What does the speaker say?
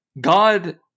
God